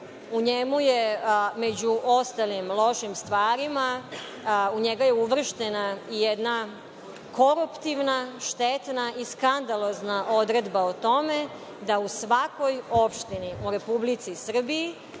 zemljištu, među ostalim lošim stvarima, u njega je uvrštena i jedna koruptivna, štetna i skandalozna odredba o tome da u svakoj opštini u Republici Srbiji